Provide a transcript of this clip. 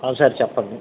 సరే చెప్పండి